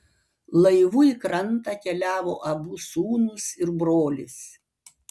laivu į krantą keliavo abu sūnūs ir brolis